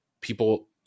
people